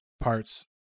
parts